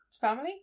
family